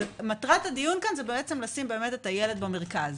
אבל מטרת הדיון כאן היא לשים את הילד במרכז.